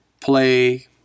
play